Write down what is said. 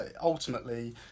ultimately